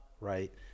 Right